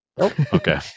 Okay